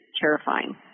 terrifying